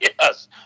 Yes